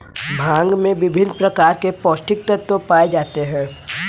भांग में विभिन्न प्रकार के पौस्टिक तत्त्व पाए जाते हैं